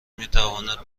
میتواند